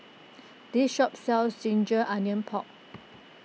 this shop sells Ginger Onions Pork